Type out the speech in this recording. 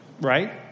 Right